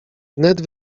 wnet